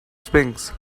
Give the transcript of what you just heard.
sphinx